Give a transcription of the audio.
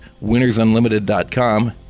winnersunlimited.com